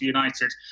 United